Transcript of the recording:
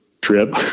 trip